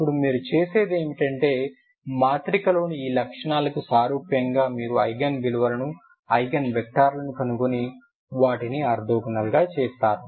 ఇప్పుడు మీరు చేసేది ఏమిటంటే మాత్రికలోని ఈ లక్షణాలకు సారూప్యంగా మీరు ఐగెన్ విలువలను ఐగెన్ వెక్టర్లను కనుగొని వాటిని ఆర్తోగోనల్గా చేస్తారు